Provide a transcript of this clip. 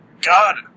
God